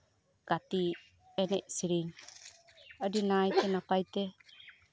ᱜᱟᱛᱮ ᱮᱱᱮᱡ ᱥᱮᱨᱮᱧ ᱟᱹᱰᱤ ᱱᱟᱭᱛᱮ ᱱᱟᱯᱟᱭᱛᱮ